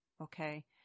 okay